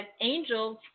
angels